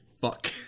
fuck